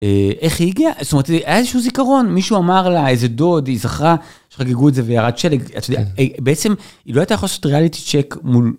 איך היא הגיעה? זאת אומרת, היה איזשהו זיכרון. מישהו אמר לה, איזה דוד, היא זכרה שחגגו את זה וירד שלג. בעצם, היא לא הייתה יכולה לעשות ריאליטי צ'ק מול